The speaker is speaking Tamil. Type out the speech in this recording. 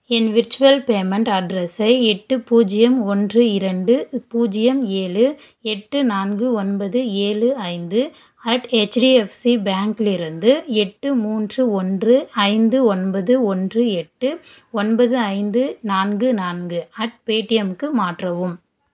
என் விர்ச்சுவல் பேமெண்ட் அட்ரஸை எட்டு பூஜ்ஜியம் ஒன்று இரண்டு பூஜ்ஜியம் ஏழு எட்டு நான்கு ஒன்பது ஏழு ஐந்து அட் ஹெச்டிஎஃப்சி பேங்கிலிருந்து எட்டு மூன்று ஒன்று ஐந்து ஒன்பது ஒன்று எட்டு ஒன்பது ஐந்து நான்கு நான்கு அட் பேடிஎம்க்கு மாற்றவும்